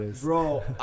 Bro